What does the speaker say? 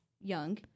young